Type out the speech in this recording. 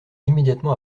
immédiatement